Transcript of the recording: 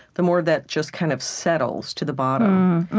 the more that just kind of settles to the bottom.